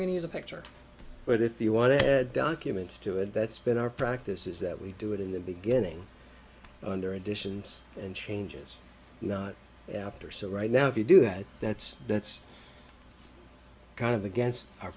use a picture but if you want to head documents to it that's been our practice is that we do it in the beginning under additions and changes not after so right now if you do that that's that's kind of against our